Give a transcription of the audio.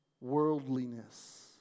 worldliness